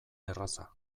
erraza